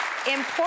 important